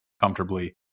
comfortably